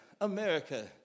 America